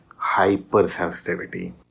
hypersensitivity